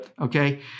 okay